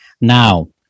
now